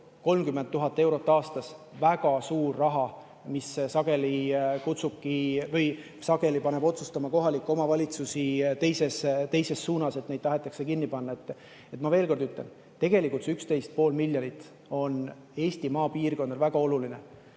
30 000 eurot aastas on väga suur raha, mis sageli paneb otsustama kohalikke omavalitsusi selles suunas, et kool tahetakse kinni panna. Ma veel kord ütlen, et see 11,5 miljonit on Eesti maapiirkondades väga oluline.